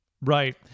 Right